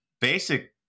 basic